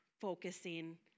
focusing